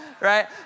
Right